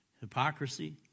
hypocrisy